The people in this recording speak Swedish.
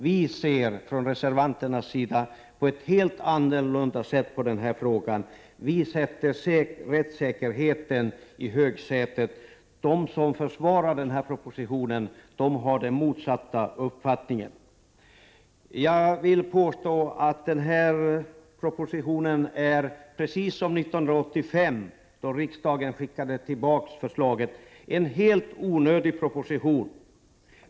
Vi reservanter ser helt annorlunda på denna fråga. Vi sätter rättssäkerheten i högsätet. De som försvarar denna proposition har den motsatta uppfattningen. Jag vill påstå att denna proposition är densamma som 1985 då riksdagen — Prot. 1988/89:30 skickade tillbaka förslaget, dvs. en helt onödig proposition.